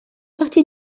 partie